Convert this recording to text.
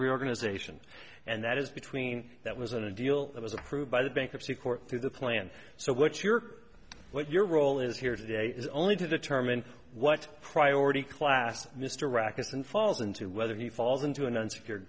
reorganization and that is between that was in a deal that was approved by the bankruptcy court through the plan so what you're what your role is here today is only to determine what priority classes mr rackets and falls into whether he falls into an unsecure